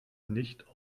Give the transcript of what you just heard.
nicht